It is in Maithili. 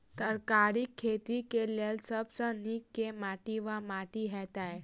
तरकारीक खेती केँ लेल सब सऽ नीक केँ माटि वा माटि हेतै?